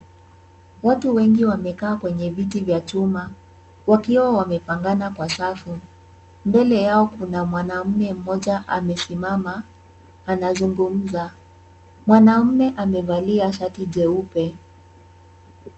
Watu wengi wamekaa kwenye viti vya chuma wakiwa wamepangana kwa safu. Mbele yao kuna mwanaume mmoja amesimama anazungumza. Mwanaume amevalia shati jeupe.